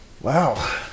Wow